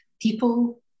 people